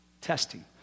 Testing